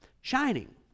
shining